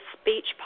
speech